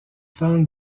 fan